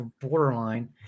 borderline